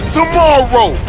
tomorrow